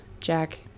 Jack